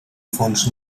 fons